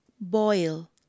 boil